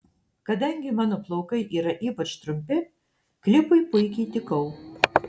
kadangi mano plaukai yra ypač trumpi klipui puikiai tikau